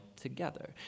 together